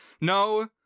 no